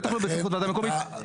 בטח לא בסמכות וועדה מקומית.